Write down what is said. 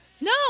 No